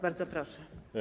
Bardzo proszę.